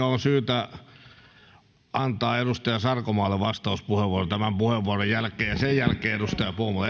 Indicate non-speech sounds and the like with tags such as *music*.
*unintelligible* on syytä antaa edustaja sarkomaalle vastauspuheenvuoro tämän puheenvuoron jälkeen ja sen jälkeen edustaja puumala *unintelligible*